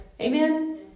Amen